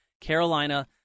Carolina